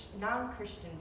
non-Christian